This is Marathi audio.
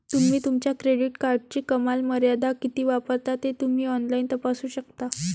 तुम्ही तुमच्या क्रेडिट कार्डची कमाल मर्यादा किती वापरता ते तुम्ही ऑनलाइन तपासू शकता